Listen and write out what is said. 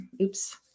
oops